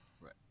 Right